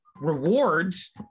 rewards